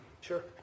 Sure